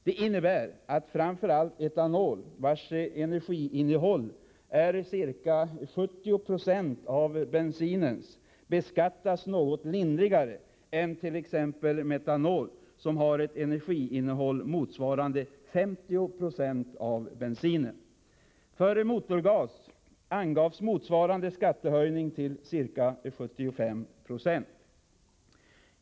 Det innebär att framför allt etanol, vars energiinnehåll är ca 7076 av bensinens, beskattas något lindrigare än t.ex. metanol som har ett energiinnehåll motsvarande 50 96 av bensinens. För motorgas angavs motsvarande skattehöjning till ca 75 90.